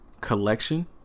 collection